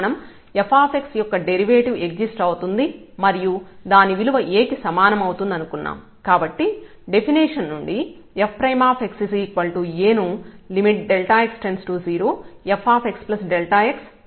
మనం f యొక్క derivative exist అవుతుంది మరియు దాని విలువ A కి సమానం అవుతుంది అనుకున్నాం కాబట్టి డెఫినిషన్ నుండి fx A ను x→0fxx fx A గా వ్రాయవచ్చు